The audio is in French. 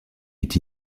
est